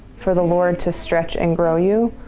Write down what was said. for the lord to stretch and grow you,